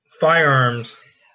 Firearms